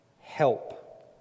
help